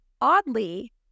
Oddly